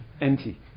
empty